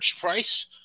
price